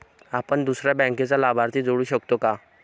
आपण दुसऱ्या बँकेचा लाभार्थी जोडू शकतो का?